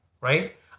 Right